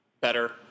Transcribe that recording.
better